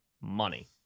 money